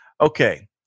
Okay